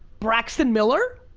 braxton miller,